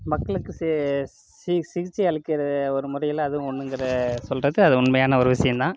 மக்களுக்கு சே சி சிகிச்சை அழிக்கிற ஒரு முறையில் அதுவும் ஒன்னுங்கிற சொல்கிறது அது உண்மையான ஒரு விசயந்தான்